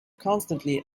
constantly